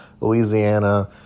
Louisiana